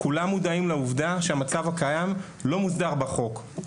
כולם מודעים לעובדה שהמצב הקיים לא מוסדר בחוק,